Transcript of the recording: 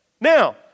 Now